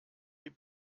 die